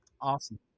Awesome